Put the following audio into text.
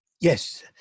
Yes